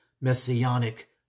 messianic